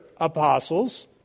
apostles